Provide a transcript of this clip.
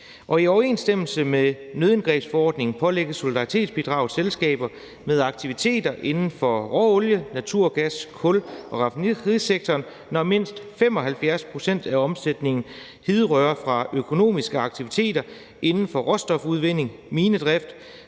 i overensstemmelse med nødindgrebsforordningen pålægges solidaritetsbidraget selskaber med aktiviteter inden for råolie-, naturgas-, kul- og raffinaderisektoren, når mindst 75 pct. af omsætningen hidrører fra økonomiske aktiviteter inden for råstofudvinding, minedrift,